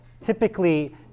typically